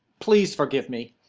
please forgive me.